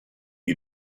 you